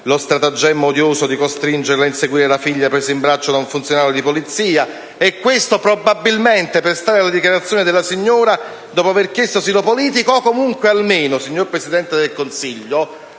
lo stratagemma odioso di costringerla a inseguire la figlia presa in braccio da un funzionario di polizia; tutto questo, probabilmente - per stare alle dichiarazioni della signora - dopo aver chiesto asilo politico o comunque almeno, signor Presidente del Consiglio,